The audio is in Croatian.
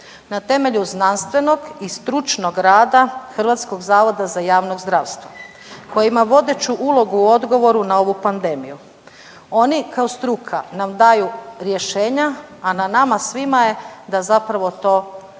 Na temelju znanstvenog i stručnog rada HZJZ koje ima vodeću ulogu u odgovoru na ovu pandemiju. Oni kao struka nam daju rješenja, a na nama svima je da zapravo to prihvatimo